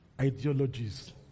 ideologies